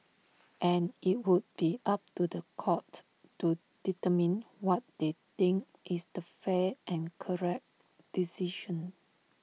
and IT would be up to The Court to determine what they think is the fair and correct decision